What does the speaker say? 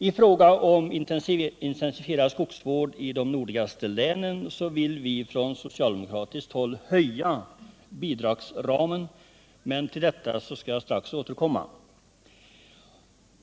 I fråga om intensifierad skogsvård i de nordligaste länen vill vi socialdemokrater höja bidragsramen, men till detta skall jag strax återkomma.